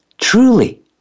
truly